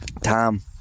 Tom